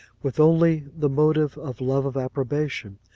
with only the motive of love of approbation,